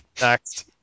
Next